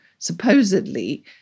supposedly